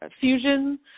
Fusion